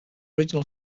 original